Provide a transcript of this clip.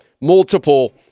multiple